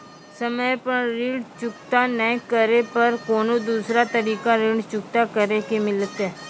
समय पर ऋण चुकता नै करे पर कोनो दूसरा तरीका ऋण चुकता करे के मिलतै?